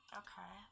okay